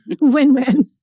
win-win